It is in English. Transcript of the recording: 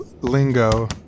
lingo